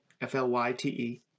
F-L-Y-T-E